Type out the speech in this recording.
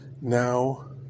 now